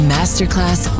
Masterclass